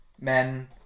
men